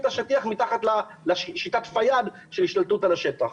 השטיח מתחת לשיטת פיאד שהיא השתלטות על השטח.